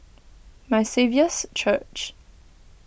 My Saviour's Church